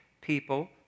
people